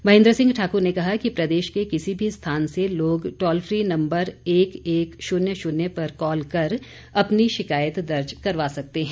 महेन्द्र सिंह ठाकुर ने कहा कि प्रदेश के किसी भी स्थान से लोग टॉल फ्री नम्बर एक एक शून्य शून्य पर काल कर अपनी शिकायत दर्ज करवा सकते हैं